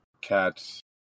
cats